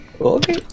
Okay